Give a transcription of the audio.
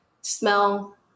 smell